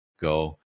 go